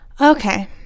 Okay